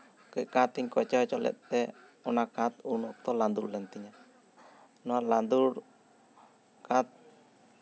ᱠᱟᱹᱡ ᱠᱟᱸᱛ ᱤᱧ ᱠᱚᱪᱮ ᱦᱚᱪᱚ ᱞᱮᱫ ᱛᱮ ᱚᱱᱟ ᱠᱟᱸᱛ ᱩᱱ ᱚᱠᱛᱚ ᱞᱟᱸᱫᱩᱲ ᱞᱮᱱ ᱛᱤᱧᱟᱹ ᱱᱚᱣᱟ ᱞᱟᱸᱫᱩᱲ ᱠᱟᱸᱛ